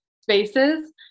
spaces